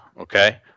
okay